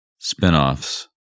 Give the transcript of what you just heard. Spinoffs